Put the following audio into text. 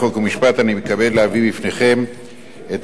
חוק ומשפט אני מתכבד להביא בפניכם את